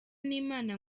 n’imana